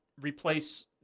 replace